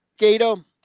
Gato